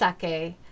sake